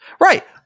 Right